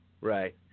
Right